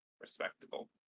respectable